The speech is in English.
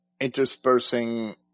interspersing